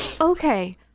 Okay